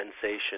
sensation